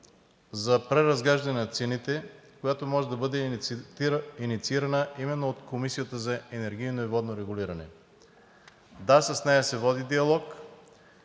за преразглеждане на цените, която може да бъде инициирана именно от Комисията за енергийно и водно регулиране. Да, с нея се води диалог,